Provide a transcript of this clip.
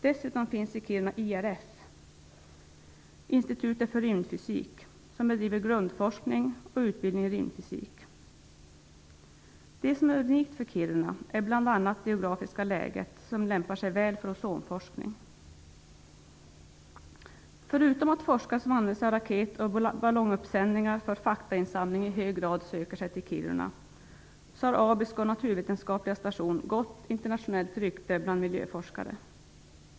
Dessutom finns i Kiruna IRF, Institutet för rymdfysik, som bedriver grundforskning och utbildning i rymdfysik. Det som är unikt för Kiruna är bl.a. det geografiska läget, som lämpar sig väl för ozonforskning. Förutom att forskare som använder sig av raket och ballonguppsändningar för faktainsamling i hög grad söker sig till Kiruna har Abisko naturvetenskapliga station gott internationellt rykte bland miljöforskare.